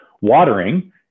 Watering